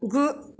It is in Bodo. गु